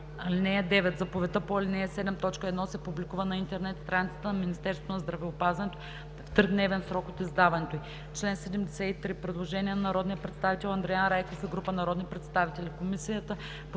(9) Заповедта по ал. 7, т. 1 се публикува на интернет страницата на Министерството на здравеопазването в тридневен срок от издаването ѝ.“ По чл. 73 има предложение на народния Андриан Райков и група народни представители.